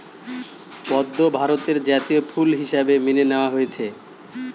পদ্ম ভারতের জাতীয় ফুল হিসাবে মেনে নেওয়া হয়েছে